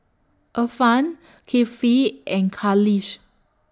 Irfan Kifli and Khalish